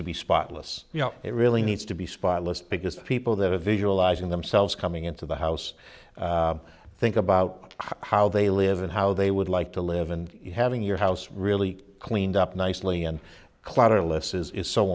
to be spotless you know it really needs to be spotless because people that are visualizing themselves coming into the house think about how they live and how they would like to live and having your house really cleaned up nicely and clowder alyssa's is so